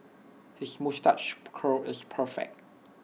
his moustache curl is perfect